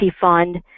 fund